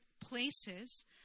places